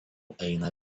eina